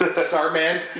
Starman